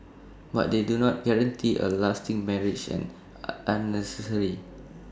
but they do not guarantee A lasting marriage and unnecessary